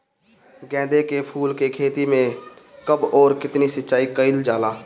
गेदे के फूल के खेती मे कब अउर कितनी सिचाई कइल जाला?